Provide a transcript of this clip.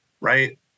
right